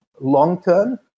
long-term